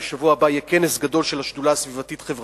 בשבוע הבא יהיה כנס גדול של השדולה הסביבתית-חברתית